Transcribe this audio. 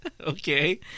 Okay